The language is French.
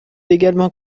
également